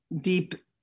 deep